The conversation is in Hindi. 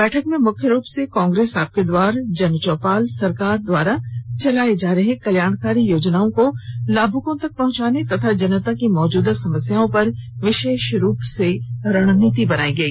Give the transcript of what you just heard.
बैठक में मुख्य रूप से कांग्रेस आपके द्वार जन चौपाल सरकार द्वारा चलाए जा रहे हैं कल्याणकारी योजनाओं को लाभुकों तक पहुंचाने एवं जनता की मौजूदा समस्याओं पर विशेष रुप से रणनीति बनाई गई